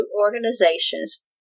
organizations